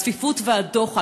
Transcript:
הרי הצפיפות והדוחק,